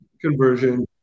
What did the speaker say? conversion